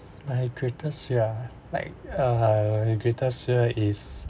my greatest fear ah like uh greatest fear is